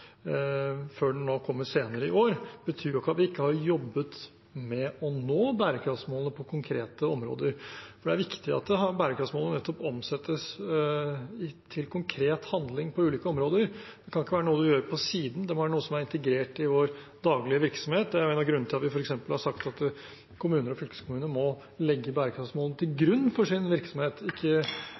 før den nå kommer senere i år, ikke betyr at vi ikke har jobbet med å nå bærekraftsmålene på konkrete områder. Det er viktig at bærekraftsmålene omsettes i konkret handling på ulike områder. Det kan ikke være noe man gjør på siden; det må være noe som er integrert i vår daglige virksomhet. Det er en av grunnene til at vi f.eks. har sagt at kommuner og fylkeskommuner må legge bærekraftsmålene til grunn for sin virksomhet. Det skal ikke